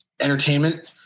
entertainment